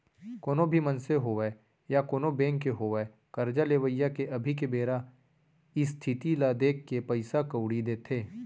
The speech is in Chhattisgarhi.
कोनो भी मनसे होवय या कोनों बेंक होवय करजा लेवइया के अभी के बेरा इस्थिति ल देखके पइसा कउड़ी देथे